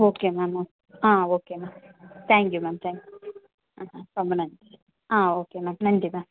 okay ma'am ah okay ma'am thank you ma'am thank you ரொம்ப நன்றி ah okay ma'am நன்றி ma'am